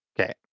okay